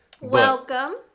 Welcome